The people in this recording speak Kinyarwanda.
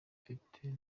mfite